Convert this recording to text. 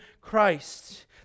Christ